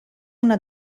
una